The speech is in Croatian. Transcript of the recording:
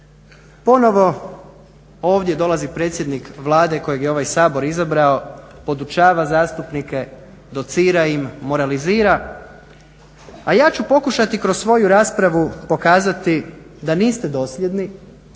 Ponovo ovdje dolazi predsjednik Vlade kojeg je ovaj Sabor izbrao podučava zastupnike, docira im, moralizira. A ja ću pokušati kroz svoju raspravu pokazati da niste dosljedni